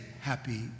happy